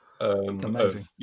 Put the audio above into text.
amazing